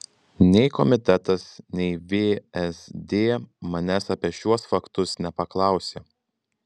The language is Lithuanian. nei komitetas nei vsd manęs apie šiuos faktus nepaklausė